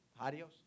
Adios